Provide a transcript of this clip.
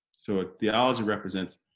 so theology represents.